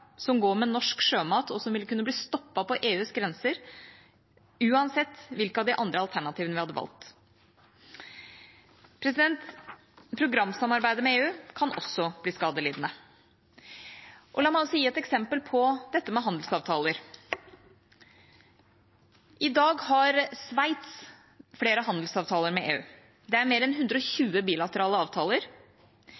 og som vil kunne bli stoppet på EUs grenser uansett hvilke av de andre alternativene vi hadde valgt. Programsamarbeidet med EU kan også bli skadelidende. La meg også gi et eksempel på handelsavtaler: I dag har Sveits flere handelsavtaler med EU. Det er mer enn 120 bilaterale avtaler. Sveitserne har ønsket mange ulike former for endring og